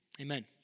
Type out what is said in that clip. amen